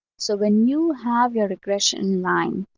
so when you have your regression line,